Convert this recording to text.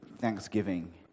thanksgiving